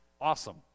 awesome